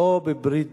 לא בברית דמים,